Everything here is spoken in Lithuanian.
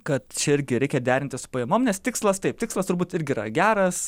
kad čia irgi reikia derinti su pajamom nes tikslas taip tikslas turbūt irgi yra geras